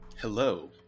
Hello